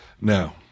Now